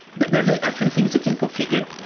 there are a few things you can configure.